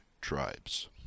tribes